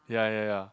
ya ya ya